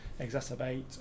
exacerbate